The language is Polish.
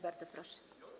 Bardzo proszę.